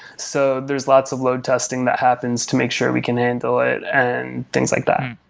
so there's lots of load testing that happens to make sure we can handle it, and things like that.